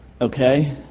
okay